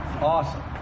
awesome